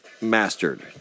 mastered